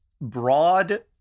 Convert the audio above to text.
broad